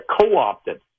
co-opted